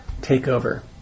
takeover